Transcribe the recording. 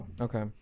Okay